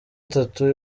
atatu